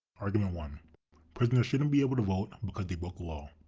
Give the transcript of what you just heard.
argument one prisoners shouldn't be able to vote because they broke the law.